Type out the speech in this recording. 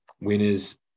winners